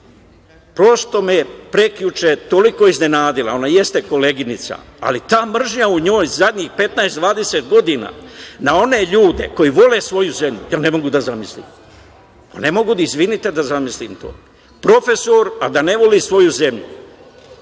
pošto me je prekjuče iznenadila, ona jeste koleginica, ali ta mržnja u njoj zadnjih 15, 20 godina na one ljude koji vole svoju zemlju, jer ne mogu da zamislim. Izvinite, ne mogu da zamislim to - profesor a da ne voli svoju zemlju,